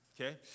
okay